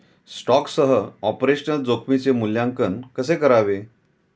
स्टॉकसह ऑपरेशनल जोखमीचे मूल्यांकन कसे करावे?